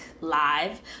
live